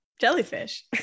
jellyfish